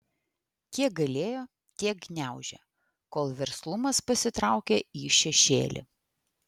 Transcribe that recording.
kiek galėjo tiek gniaužė kol verslumas pasitraukė į šešėlį